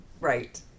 Right